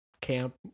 camp